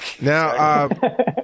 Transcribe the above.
Now